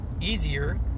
easier